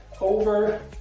over